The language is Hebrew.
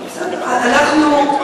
זה מתבקש.